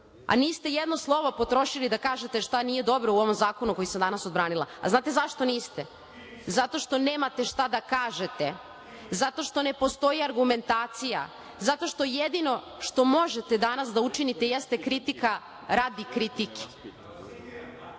a niste jedno slovo potrošili da kažete šta nije dobro u ovom zakonu koji sam danas odbranila. A znate zašto niste? Zato što nemate šta da kažete, zato što ne postoji argumentacija, zato što jedino možete danas da učinite jeste kritika radi kritike. Ja